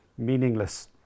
meaningless